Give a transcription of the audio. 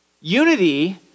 Unity